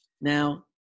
Now